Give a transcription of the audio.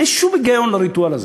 אין שום היגיון בריטואל הזה.